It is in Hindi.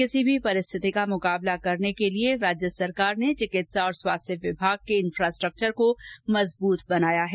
किसी भी परिस्थिति का मुकाबला करने के लिए राज्य सरकार ने चिकित्सा और स्वास्थ्य विभाग का इंफ्रास्ट्रक्चर मजबूत बनाया है